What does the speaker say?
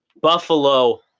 Buffalo